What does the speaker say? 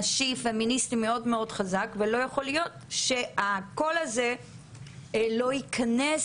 נשי פמיניסטי מאוד מאוד חזק ולא יכול להיות שהקול הזה לא ייכנס,